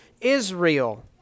Israel